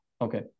Okay